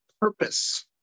purpose